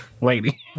lady